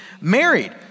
married